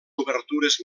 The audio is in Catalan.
obertures